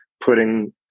putting